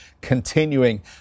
continuing